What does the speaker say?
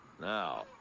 Now